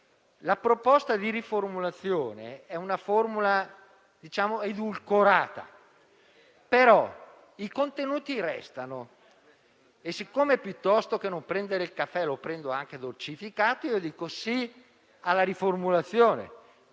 La proposta di riformulazione è una formula "edulcorata", però i contenuti restano. E siccome piuttosto che non prendere il caffè, lo prendo anche dolcificato, dico sì alla riformulazione.